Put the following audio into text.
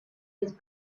his